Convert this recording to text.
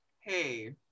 hey